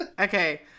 okay